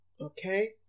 okay